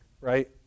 right